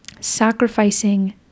sacrificing